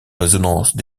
résonances